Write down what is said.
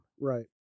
Right